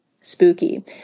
spooky